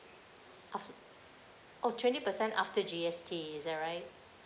af~ oh twenty percent after G_S_T is that right